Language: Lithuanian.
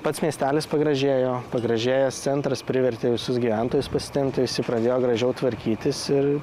pats miestelis pagražėjo pagražėjęs centras privertė visus gyventojus pasitempti visi pradėjo gražiau tvarkytis ir